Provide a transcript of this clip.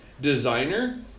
designer